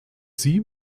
sie